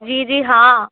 جی جی ہاں